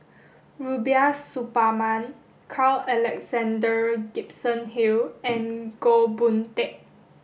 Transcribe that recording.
Rubiah Suparman Carl Alexander Gibson Hill and Goh Boon Teck